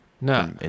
no